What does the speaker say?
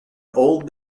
old